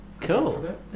Cool